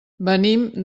venim